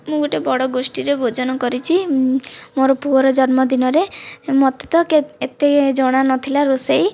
ମୁଁ ଗୋଟେ ବଡ଼ ଗୋଷ୍ଠୀରେ ଭୋଜନ କରିଛି ମୋର ପୁଅର ଜନ୍ମ ଦିନରେ ମୋତେ ତ ଏତେ ଜଣା ନଥିଲା ରୋଷେଇ